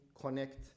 connect